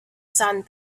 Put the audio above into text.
sand